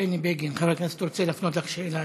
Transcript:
חבר הכנסת בני בגין רוצה להפנות אלייך שאלה.